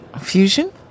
Fusion